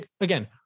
again